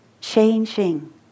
changing